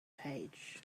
page